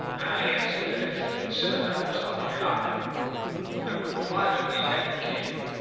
and i answered that if she considered i was on my honour i would privately deprecate it.